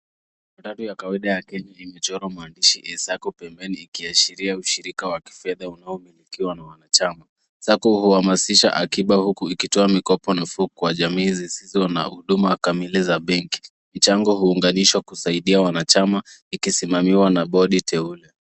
Matatu kawaida ya Kenya imechorwa maandishi ya sacco pembeni ikiashiria ushirika wa kifedha unaomilikiwa na wanachama. Sacco huhamasisha akiba huku ikitoa mikopo ya nafuu kwa jamii zisizo na huduma kamili ya benki. Michango huunganishwa kusaidia wanachama ikisimamiwa na bodi teule.